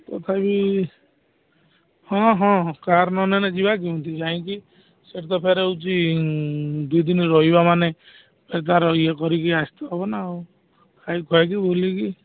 ତଥାପି ହଁ ହଁ କାର୍ ନ ନେଲେ ଯିବା କେମିତି ଯାଇଁକି ସେଠି ତ ଫେର ହେଉଛି ଦୁଇଦିନ ରହିବା ମାନେ ଏ ତା'ର ଇଏ କରିକି ଆସତେ ହବନା ଆଉ ଖାଇ ଖୁଆକି ବୁଲିକି